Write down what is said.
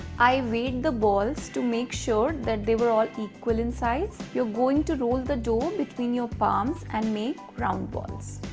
i weighed the balls to make sure that they were all equal in size. you're going to roll the dough between your palms and make round ones.